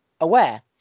aware